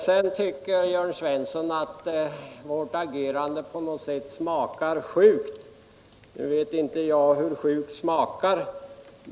Sedan sade Jörn Svensson att han tycker att vårt agerande på något sätt smakar sjukt. Nu vet inte jag hur sjukt smakar.